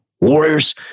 Warriors